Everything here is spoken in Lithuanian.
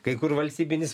kai kur valstybinis